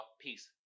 Peace